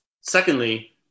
Secondly